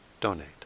donate